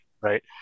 right